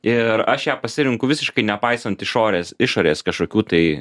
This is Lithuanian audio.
ir aš ją pasirenku visiškai nepaisant išorės išorės kažkokių tai